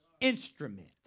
instrument